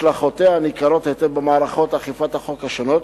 השלכותיה ניכרות היטב במערכות אכיפת החוק השונות,